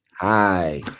hi